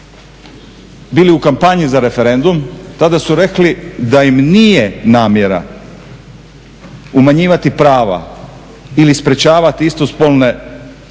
bili u kampanji za referendum tada su rekli da im nije namjera umanjivati prava ili sprječavati istospolne